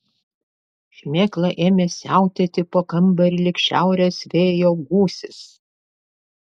šmėkla ėmė siautėti po kambarį lyg šiaurės vėjo gūsis